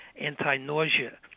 anti-nausea